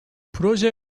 proje